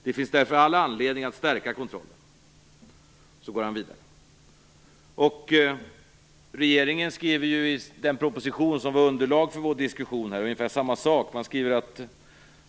Det finns därför all anledning att stärka kontrollen." Regeringen skrev i den proposition som var underlag för vår diskussion ungefär samma sak.